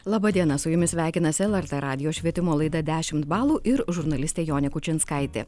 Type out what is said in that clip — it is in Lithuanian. laba diena su jumis sveikinasi lrt radijo švietimo laida dešimt balų ir žurnalistė jonė kučinskaitė